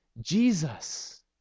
Jesus